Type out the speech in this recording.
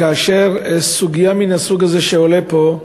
כאשר סוגיה מהסוג הזה עולה פה,